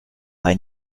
bei